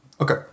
Okay